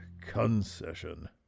Concession